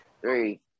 Three